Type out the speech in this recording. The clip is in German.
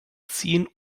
ziehen